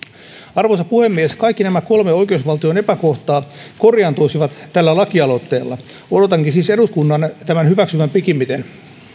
arvoisa puhemies kaikki nämä kolme oikeusvaltion epäkohtaa korjaantuisivat tällä lakialoitteella odotankin siis eduskunnan tämän hyväksyvän pikimmiten